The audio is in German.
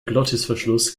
glottisverschluss